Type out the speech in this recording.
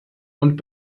und